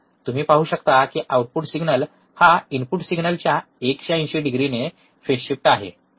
तुम्ही पाहू शकता कि आउटपुट सिग्नल हा इनपुट सिग्नलच्या 180 डिग्रीने फेज शिफ्ट आहे नाही का